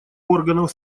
органов